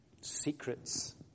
Secrets